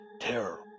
Terror